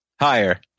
Higher